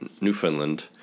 Newfoundland